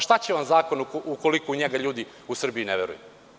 Šta će vam zakon ukoliko u njega ljudi u Srbiji ne veruju.